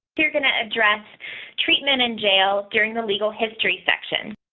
you're gonna address treatment in jail during the legal history section.